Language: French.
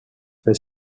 fait